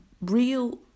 real